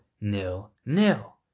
nil-nil